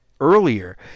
earlier